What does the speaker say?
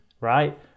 right